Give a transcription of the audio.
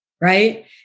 Right